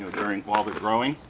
you know during while the growing